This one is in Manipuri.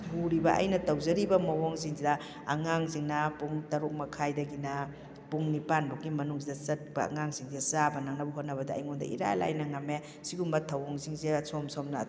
ꯊꯨꯔꯤꯕ ꯑꯩꯅ ꯇꯧꯖꯔꯤꯕ ꯃꯑꯣꯡꯁꯤꯡꯁꯤꯗ ꯑꯉꯥꯡꯁꯤꯡꯅ ꯄꯨꯡ ꯇꯔꯨꯛ ꯃꯈꯥꯏꯗꯒꯤꯅ ꯄꯨꯡ ꯅꯤꯄꯥꯜꯐꯥꯎꯒꯤ ꯃꯅꯨꯡꯁꯤꯗ ꯆꯠꯄ ꯑꯉꯥꯡꯁꯤꯡꯁꯤ ꯆꯥꯕ ꯅꯪꯅꯕ ꯍꯣꯠꯅꯕꯗ ꯑꯩꯉꯣꯟꯗ ꯏꯔꯥꯏ ꯂꯥꯏꯅ ꯉꯝꯃꯦ ꯁꯤꯒꯨꯝꯕ ꯊꯑꯣꯡꯁꯤꯡꯁꯦ ꯑꯁꯣꯝ ꯁꯣꯝꯅ